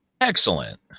Excellent